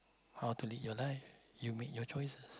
how to lead your life you make your choices